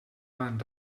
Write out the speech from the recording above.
van